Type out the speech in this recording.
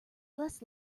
less